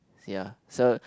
ya so